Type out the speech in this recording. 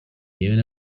given